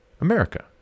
America